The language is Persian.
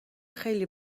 خیلی